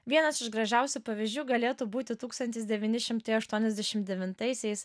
vienas iš gražiausių pavyzdžių galėtų būti tūkstantis devyni šimtai aštuoniasdešim devintaisiais